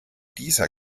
dieser